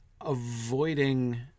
avoiding